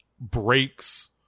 breaks